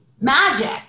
magic